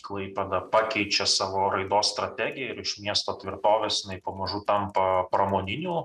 klaipėda pakeičia savo raidos strategiją ir iš miesto tvirtovės jinai pamažu tampa pramoniniu